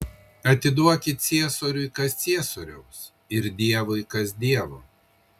atiduokit ciesoriui kas ciesoriaus ir dievui kas dievo